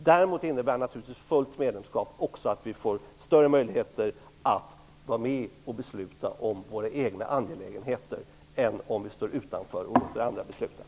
Däremot innebär naturligtvis fullt medlemskap att vi också får större möjligheter att vara med och besluta om våra egna angelägenheter än om vi står utanför och låter andra besluta.